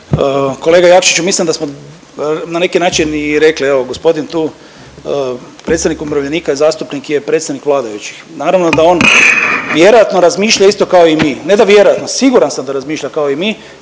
Kolega Jakšić, mislim da smo na neki način i rekli, evo gospodin tu, predstavnik umirovljenika i zastupnik je predstavnik vladajućih. Naravno da on vjerojatno razmišlja isto kao i mi, ne da vjerojatno, siguran sam da razmišlja kao i mi